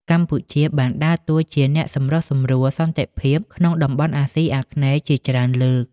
កម្ពុជាបានដើរតួជាអ្នកសម្រុះសម្រួលសន្តិភាពក្នុងតំបន់អាស៊ីអាគ្នេយ៍ជាច្រើនលើក។